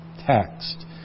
text